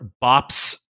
Bop's